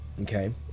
Okay